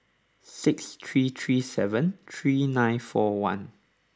six three three seven three nine four one